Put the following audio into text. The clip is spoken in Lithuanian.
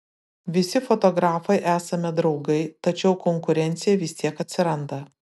visi fotografai esame draugai tačiau konkurencija vis tiek atsiranda